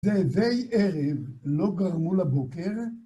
זאבי ערב לא גרמו לבוקר.